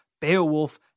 Beowulf